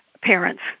parents